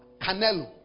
Canelo